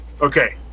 Okay